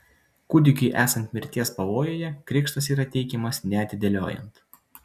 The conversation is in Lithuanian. kūdikiui esant mirties pavojuje krikštas yra teikiamas neatidėliojant